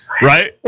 right